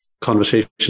conversation